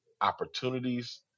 opportunities